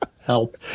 help